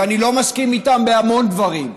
ואני לא מסכים איתם בהמון דברים,